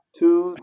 two